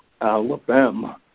Alabama